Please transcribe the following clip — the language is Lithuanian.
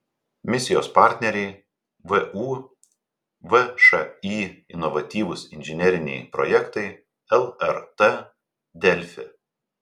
misijos partneriai vu všį inovatyvūs inžineriniai projektai lrt delfi